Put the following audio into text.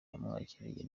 bamwakiriye